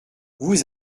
vous